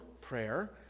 prayer